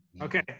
Okay